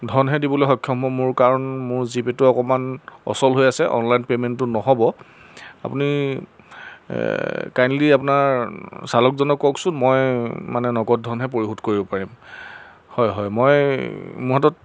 ধনহে দিবলৈ সক্ষম হ'ম মোৰ কাৰণ মোৰ জি পে'টো অকণমান অচল হৈ আছে অনলাইন পে'মেণ্টটো নহ'ব আপুনি কাইণ্ডলি আপোনাৰ চালকজনক কওকচোন মই মানে নগদ ধনহে পৰিশোধ কৰিব পাৰিম হয় হয় মই মোৰ হাতত